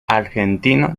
argentino